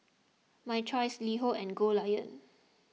My Choice LiHo and Goldlion